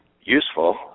useful